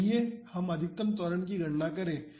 तो आइए हम अधिकतम त्वरण की गणना करें